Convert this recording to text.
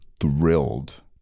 thrilled